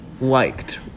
liked